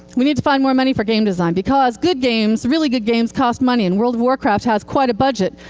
we need to find more money for game design. because good games, really good games, cost money, and world of warcraft has quite a budget.